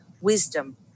wisdom